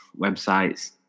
websites